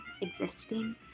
existing